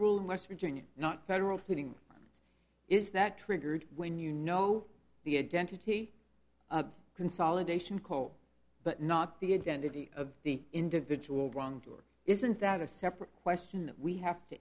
rule in west virginia not federal reading is that triggered when you know the identity consolidation call but not the identity of the individual wrongdoing isn't that a separate question that we have to